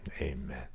Amen